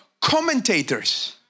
commentators